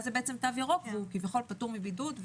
זה בעצם תו ירוק והוא כביכול פטור מבידוד,